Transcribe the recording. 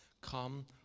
Come